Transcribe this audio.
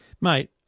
Mate